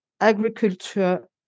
Agriculture